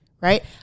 right